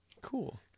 Cool